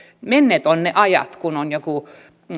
menneet ovat ne ajat kun on joku